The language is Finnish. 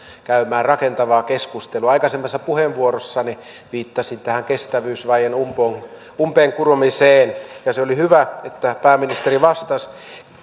käymään rakentavaa keskustelua aikaisemmassa puheenvuorossani viittasin kestävyysvajeen umpeenkuromiseen ja oli hyvä että pääministeri vastasi